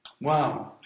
Wow